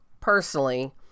Personally